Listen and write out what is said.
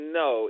no